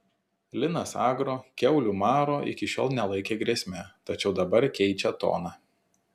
linas agro kiaulių maro iki šiol nelaikė grėsme tačiau dabar keičia toną